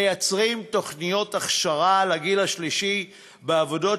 מייצר תוכניות הכשרה לגיל השלישי בעבודות